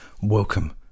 welcome